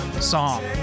song